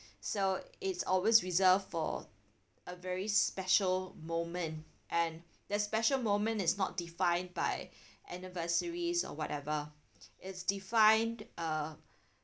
so i'ts always reserved for a very special moment and that special moment is not defined by anniversaries or whatever its defined uh